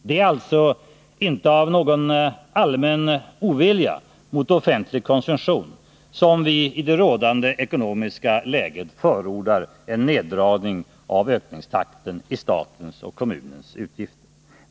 Det är alltså inte av någon allmän ovilja mot offentlig konsumtion som vi i det rådande ekonomiska läget förordar en neddragning av ökningstakten i statens och kommunernas utgifter.